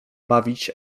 bawić